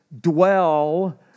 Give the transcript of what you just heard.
dwell